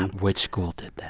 which school